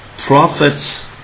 prophets